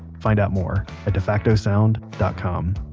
find out more at defactosound dot com